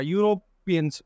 European